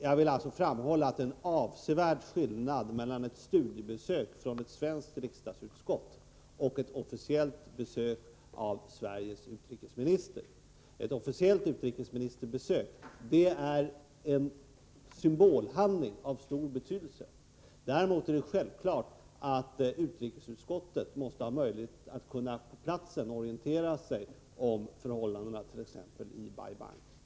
Jag vill framhålla att det är en avsevärd skillnad mellan ett studiebesök från ett svenskt riksdagsutskott och ett officiellt besök av Sveriges utrikesminister. Ett officiellt utrikesministerbesök är en symbolhandling av stor betydelse. Däremot är det självklart att utrikesutskottet måste ha möjlighet att på platsen orientera sig om förhållandena it.ex. Bai Bang.